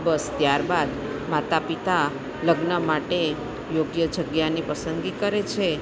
બસ ત્યારબાદ માતા પિતા લગ્ન માટે યોગ્ય જગ્યાની પસંદગી કરે છે